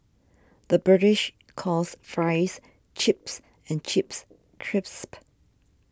the British calls Fries Chips and Chips Crisps